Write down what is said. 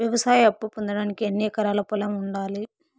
వ్యవసాయ అప్పు పొందడానికి ఎన్ని ఎకరాల పొలం ఉండాలి?